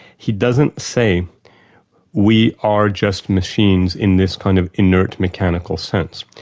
he doesn't say we are just machines in this kind of inert, mechanical sense.